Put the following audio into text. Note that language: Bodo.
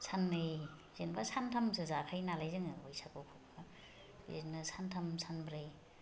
साननै जेनेबा सान्थामसो जाखायो नालाय जोङो बैसागुखौ बिदिनो सान्थाम सानब्रै